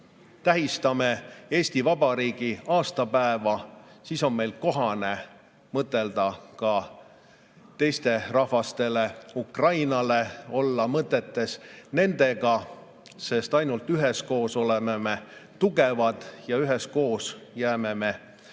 tähistame Eesti Vabariigi aastapäeva, siis on meil kohane mõtelda ka teistele rahvastele, Ukrainale, ja olla mõtetes nendega, sest ainult üheskoos oleme tugevad ja üheskoos jääme